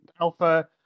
Alpha